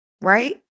Right